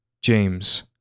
James